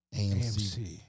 AMC